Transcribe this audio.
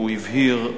הוא הבהיר,